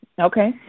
Okay